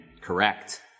correct